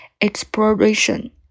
exploration